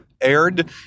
Aired